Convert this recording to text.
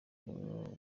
niwe